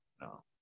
no